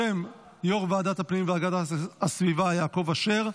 החוק בשם יו"ר ועדת הפנים והגנת הסביבה יעקב אשר.